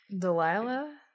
Delilah